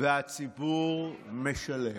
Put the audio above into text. והציבור משלם"